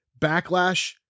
backlash